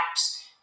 apps